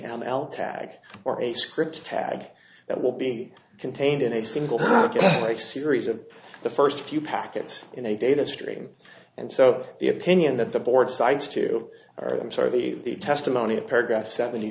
m l tag or a script tag that will be contained in a single a series of the first few packets in a data stream and so the opinion that the board cites to or i'm sorry the testimony of paragraph seventy